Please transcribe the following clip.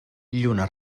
lluna